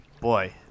boy